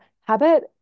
habit